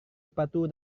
sepatu